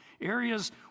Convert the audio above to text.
areas